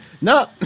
No